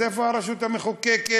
אז איפה הרשות המחוקקת